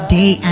day